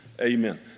Amen